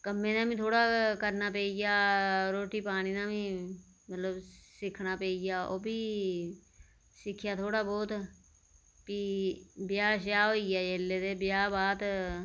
कम्मे दा बी थोहडा करना पेई गेआ रुट्टी पानी दा बी मतलब सिक्खना पेई गेआ ओह् बी सिक्खेआ थोह्डा बहुत फ्ही ब्याह शयाह होई गेआ जेल्लै ते ब्याह बाद